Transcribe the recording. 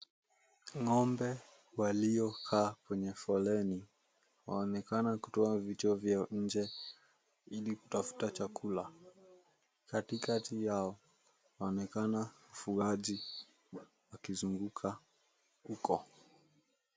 Ng'ombe waliokaa kwenye foleni wameonekana kutoa vichwa vya nje ili kutafuta chakula. Katikati yao wameonekana wafugaji wakizunguka huko.